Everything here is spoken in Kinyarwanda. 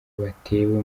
batewe